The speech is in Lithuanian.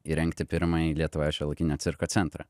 įrengti pirmąjį lietuvoje šiuolaikinio cirko centrą